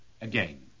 again